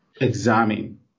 examine